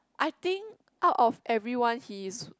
I think out of everyone he is